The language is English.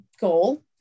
goal